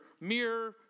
mirror